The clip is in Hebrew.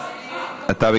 לא, לא לה.